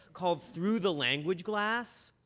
called through the language glass,